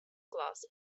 gloss